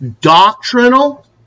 doctrinal